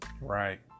Right